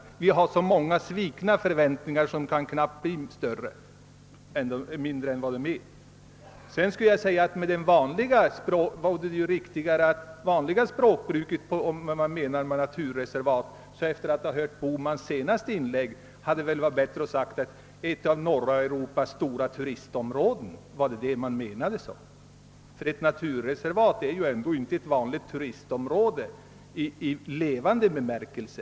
Tvärtom har våra förväntningar blivit svikna så ofta, att vi knappast har några förväntningar alls kvar. Efter att ha lyssnat på herr Bohmans senaste inlägg vill jag också säga att det väl hade varit riktigare av herr Bohman att i stället för ordet naturreservat, som torde ha en helt annan betydelse i vanligt språkbruk, använda uttrycket ett av norra Europas stora turistområden. Det var ju vad herr Bohman tydligen menade. Ett naturreservat är ju ändå inte ett vanligt turistområde i levande bemärkelse.